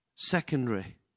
secondary